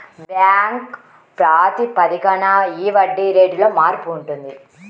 bank ప్రాతిపదికన ఈ వడ్డీ రేటులో మార్పు ఉంటుంది